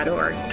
org